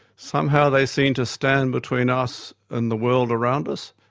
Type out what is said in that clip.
somehow they seemed to stand between us and the world around us,